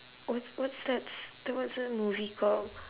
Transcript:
what's what's that's the what's that movie called